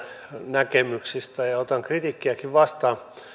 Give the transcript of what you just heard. näkemyksistä ja ja otan kritiikkiäkin vastaan